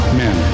men